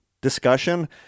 discussion